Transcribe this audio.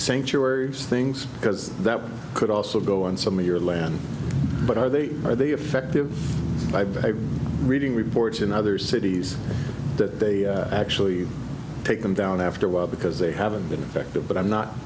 sanctuaries things because that could also go on some of your land but are they are they effective by reading reports in other cities that they actually take them down after a while because they haven't been effective but i'm not